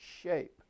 shape